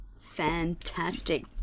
Fantastic